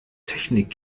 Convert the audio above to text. technik